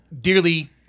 dearly